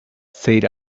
said